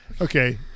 Okay